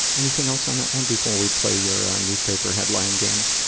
anything else on that one before we play your, ah, newspaper headline game?